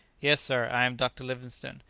yes, sir, i am dr. livingstone,